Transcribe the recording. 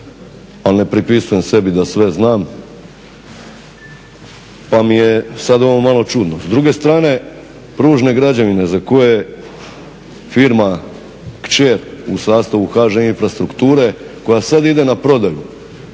ali ne pripisujem sebi da sve znam pa mi je sada ovo malo čudno. S druge strane ružne građevine za koje firma kćer u sastavu HŽ infrastrukture koja sada ide na prodaju